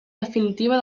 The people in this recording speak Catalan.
definitiva